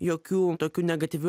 jokių tokių negatyvių